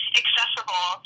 accessible